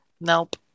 nope